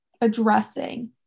addressing